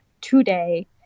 today